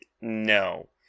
no